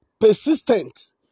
persistent